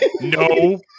no